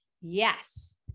yes